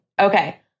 Okay